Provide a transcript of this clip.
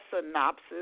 synopsis